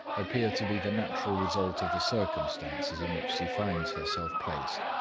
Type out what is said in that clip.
appear to be the natural result of the circumstances in which she finds herself placed,